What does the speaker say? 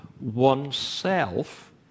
oneself